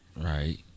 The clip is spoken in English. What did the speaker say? right